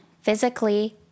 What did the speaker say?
physically